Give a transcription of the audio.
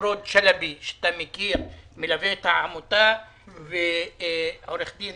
בית שמש (ע"ר) 580549129 בית הכנסת הספרדי - מושב חדיד (ע"ר)